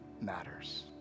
matters